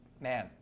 man